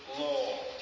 law